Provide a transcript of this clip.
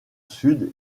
sud